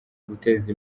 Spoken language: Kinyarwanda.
guteza